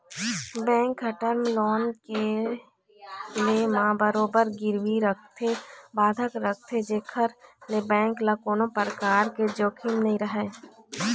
bank ह term loan के ले म बरोबर गिरवी रखथे बंधक रखथे जेखर ले बेंक ल कोनो परकार के जोखिम नइ रहय